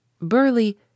Burly